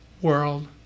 world